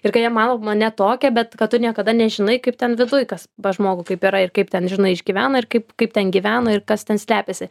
ir kai jie mano mane tokią bet kad tu niekada nežinai kaip ten viduj kas pas žmogų kaip yra ir kaip ten žinai išgyvena ir kaip kaip ten gyvena ir kas ten slepiasi